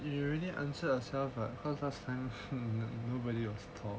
you already answered yourself [what] cause last time nobody was tall